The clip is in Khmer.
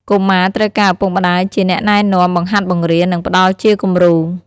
កុមារត្រូវការឪពុកម្ដាយជាអ្នកណែនាំ បង្ហាត់បង្រៀន និងផ្តល់ជាគំរូ។